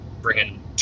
bringing